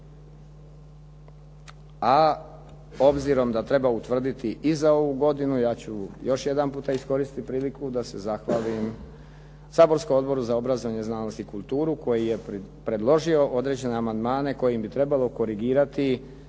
a obzirom da treba utvrditi i za ovu godinu ja ću još jedanputa iskoristiti priliku da se zahvalim saborskom Odboru za obrazovanje, znanost i kulturu koji je predložio određene amandmane kojim bi trebalo korigirati